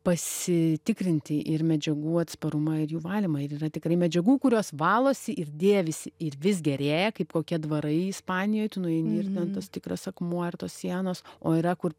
pasitikrinti ir medžiagų atsparumą ir jų valymą ir yra tikrai medžiagų kurios valosi ir dėvisi ir vis gerėja kaip kokie dvarai ispanijoj tu nueini ir ten tas tikras akmuo ir tos sienos o yra kur